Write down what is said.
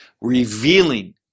revealing